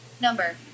number